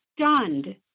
stunned